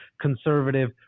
conservative